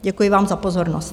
Děkuji vám za pozornost.